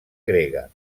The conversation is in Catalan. grega